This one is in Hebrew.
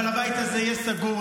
אבל הבית הזה יהיה סגור,